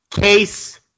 Case